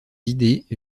idées